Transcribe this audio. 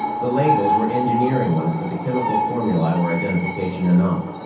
the labels were engineering ones, but the chemical formulae were identification enough.